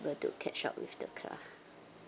to catch up with the class